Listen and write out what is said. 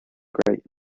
great